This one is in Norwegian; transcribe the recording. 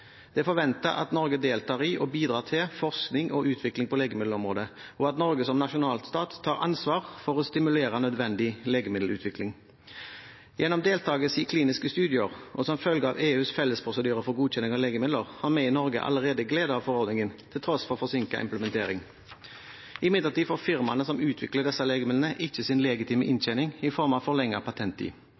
forventer at Norge deltar i og bidrar til forskning og utvikling på legemiddelområdet, og at Norge som nasjonalstat tar ansvar for å stimulere nødvendig legemiddelutvikling. Gjennom deltakelse i kliniske studier og som følge av EUs felles prosedyrer for godkjenning av legemidler har vi i Norge allerede glede av forordningen, til tross for forsinket implementering. Imidlertid får firmaene som utvikler disse legemidlene, ikke sin legitime inntjening i form av forlenget patenttid. Forsinkelsen skaper dermed store konkurransemessige ulemper for